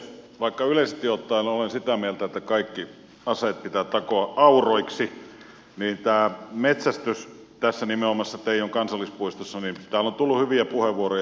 vaikka yleisesti ottaen olen sitä mieltä että kaikki aseet pitää takoa auroiksi niin metsästyksestä tässä nimenomaisessa teijon kansallispuistossa on täällä tullut hyviä puheenvuoroja